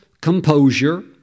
composure